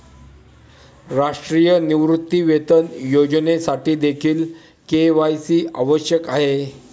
राष्ट्रीय निवृत्तीवेतन योजनेसाठीदेखील के.वाय.सी आवश्यक आहे